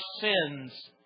sins